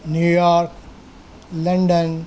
New York London